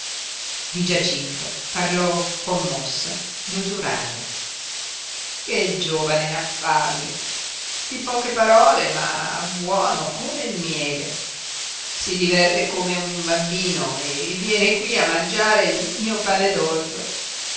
di giacinto parlò commossa l'usuraia che giovane affabile di poche parole ma buono come il miele si diverte come un bambino e viene qui a mangiare il mio pane